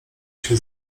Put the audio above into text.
się